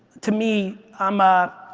to me, i'm a,